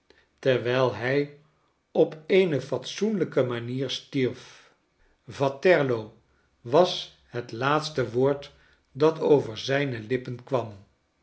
terwijl hij op eenefatsoenlijke manier stierf vatterlo washetlaatste woord dat over zijne lippen kwam